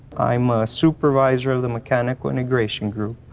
i'm a supervisor of the mechanical integration group.